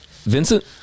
Vincent